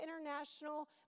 international